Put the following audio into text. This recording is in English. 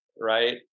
right